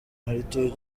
heritage